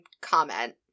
comment